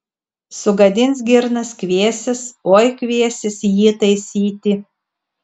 sugadins girnas kviesis oi kviesis jį taisyti